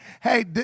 hey